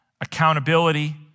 accountability